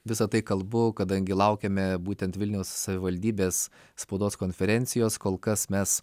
visa tai kalbu kadangi laukiame būtent vilniaus savivaldybės spaudos konferencijos kol kas mes